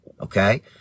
okay